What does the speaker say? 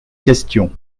question